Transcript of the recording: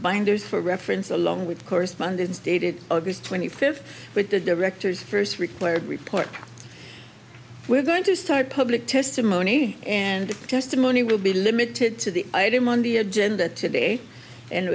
binders for reference along with correspondence dated august twenty fifth with the director's first required report we're going to start public testimony and the testimony will be limited to the item on the agenda today and